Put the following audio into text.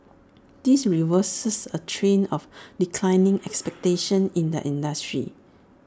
this reverses A trend of declining expectations in the industry